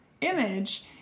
image